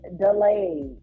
delayed